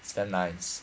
damn nice